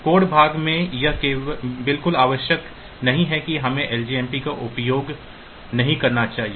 code भाग में यह बिल्कुल आवश्यक नहीं है कि हमें लजमप का उपयोग नहीं करना चाहिए